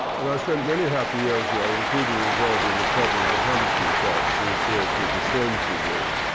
and i spent many happy years there, including resolving the problem of the hampton site, through the creation of the sainsbury wing.